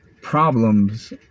problems